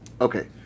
Okay